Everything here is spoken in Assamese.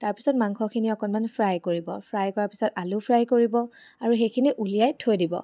তাৰপিছত মাংসখিনি অকণমান ফ্ৰাই কৰিব ফ্ৰাই কৰা পাছত আলু ফ্ৰাই কৰিব আৰু সেইখিনি উলিয়াই থৈ দিব